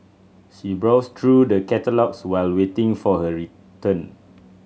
she browsed through the catalogues while waiting for her return